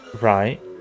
right